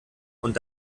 und